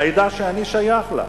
לעדה שאני שייך לה.